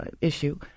issue